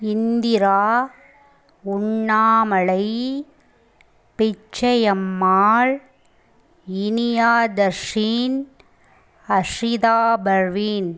இந்திரா உண்ணாமலை பிச்சையம்மாள் இனியாதர்ஸின் ஹர்ஷிதா பர்வீன்